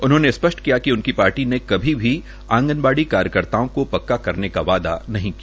उन्होंने स्पष्ट किया कि उनकी पार्टी ने कभी भी आंगनवाड़ी कार्यकर्ताओं को पक्का करने का वायदा नहीं किया